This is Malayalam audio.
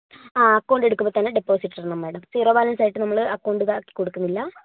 ആ അക്കൌണ്ട് എടുക്കുമ്പോൾ തന്നെ ഡെപ്പോസിറ്റ് ഇടണം മാഡം സീറോ ബാലൻസ് ആയിട്ട് നമ്മൾ അക്കൌണ്ട് ഇതാക്കി കൊടുക്കുന്നില്ല